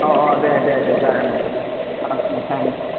औ औ दे दे दे जागोन दे औ थेंक्स